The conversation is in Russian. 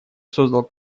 создал